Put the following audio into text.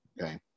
Okay